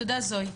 תודה, זואי.